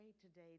today